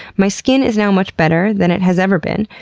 my skin is now much better than it has ever been,